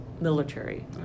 military